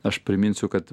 aš priminsiu kad